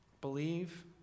believe